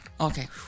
Okay